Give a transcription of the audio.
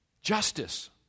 Justice